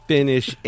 Finish